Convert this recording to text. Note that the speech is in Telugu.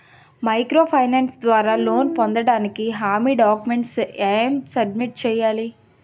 మైక్రో ఫైనాన్స్ ద్వారా లోన్ పొందటానికి హామీ డాక్యుమెంట్స్ ఎం సబ్మిట్ చేయాలి?